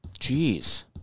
Jeez